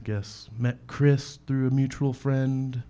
i guess met chris through a mutual friend